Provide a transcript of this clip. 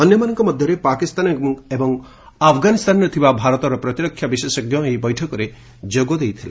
ଅନ୍ୟମାନଙ୍କ ମଧ୍ୟରେ ପାକିସ୍ତାନ ଏବଂ ଆଫଗାନିସ୍ଥାନରେ ଥିବା ଭାରତର ପ୍ରତିରକ୍ଷା ବିଶେଷଜ୍ଞ ଏହି ବୈଠକରେ ଯୋଗ ଦେଇଥିଲେ